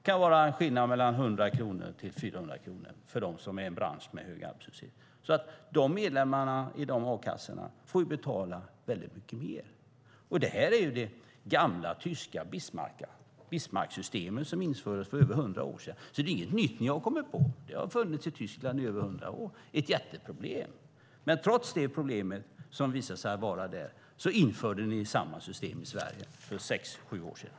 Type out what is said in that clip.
Det skillnaden kan vara 100-400 kronor för dem som arbetar i en bransch med hög arbetslöshet. Medlemmarna i de a-kassorna får betala väldigt mycket mer. Det här är det gamla tyska Bismarcksystemet som infördes för över hundra år sedan. Det är inget nytt ni har kommit på. Det har funnits i Tyskland i över hundra år. Det är ett jätteproblem, men trots att det har visat sig vara ett problem där införde ni samma system i Sverige för sex sju år sedan.